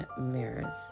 mirrors